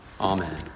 Amen